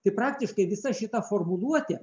tai praktiškai visa šita formuluotė